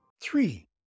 Three